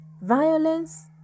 violence